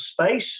space